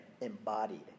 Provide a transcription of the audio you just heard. Embodied